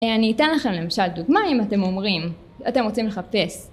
אני אתן לכם למשל דוגמא אם אתם אומרים, אתם רוצים לחפש